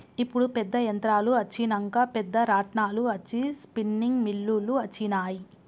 ఇప్పుడు పెద్ద యంత్రాలు అచ్చినంక పెద్ద రాట్నాలు అచ్చి స్పిన్నింగ్ మిల్లులు అచ్చినాయి